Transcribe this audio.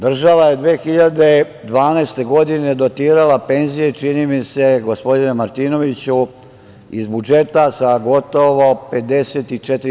Država je 2012. godine dotirala penzije, i čini mi se, gospodine Martinoviću iz budžeta, sa gotovo 54%